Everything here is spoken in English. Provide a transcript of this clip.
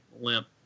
limp